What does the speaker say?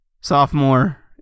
Sophomore